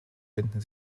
finden